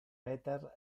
peter